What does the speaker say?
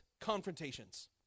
confrontations